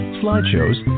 slideshows